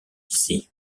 ici